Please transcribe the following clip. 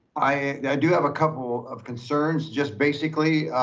i do have a couple of concerns, just basically,